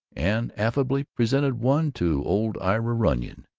and affably presented one to old ira runyon,